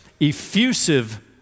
effusive